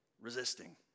resisting